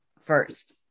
first